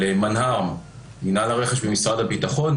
על מנהל הרכש במשרד הביטחון,